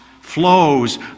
flows